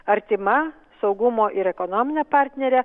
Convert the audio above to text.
artima saugumo ir ekonomine partnere